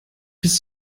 bist